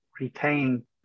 retain